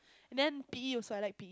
then P_E also I like P_E